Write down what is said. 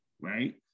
right